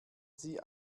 sie